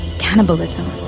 cannibalism,